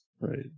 Right